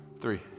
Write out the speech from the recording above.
three